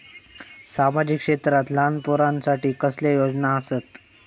सामाजिक क्षेत्रांत लहान पोरानसाठी कसले योजना आसत?